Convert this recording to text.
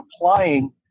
applying